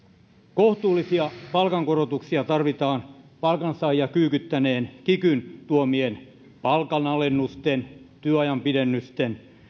kohtuullisia palkankorotuksia tarvitaan palkansaajia kyykyttäneen kikyn tuomien palkanalennusten työajanpidennysten